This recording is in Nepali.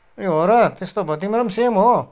ए हो र त्यस्तो भयो तिम्रो पनि सेम हो